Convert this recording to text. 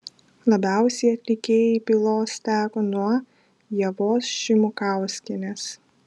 labiausiai atlikėjai pylos teko nuo ievos šimukauskienės